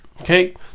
Okay